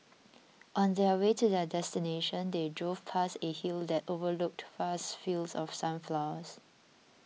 on their way to their destination they drove past a hill that overlooked vast fields of sunflowers